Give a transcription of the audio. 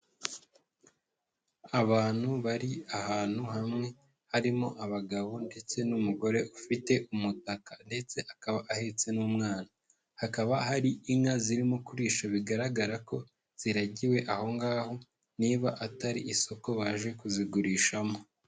Abantu bari ahantu hamwe, harimo abagabo ndetse n'umugore ufite umutaka ndetse akaba ahetse n'umwana. Hakaba hari inka zirimo kurisha bigaragara ko ziragiwe aho ngaho, niba atari isoko baje kuzigurishamo.